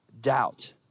doubt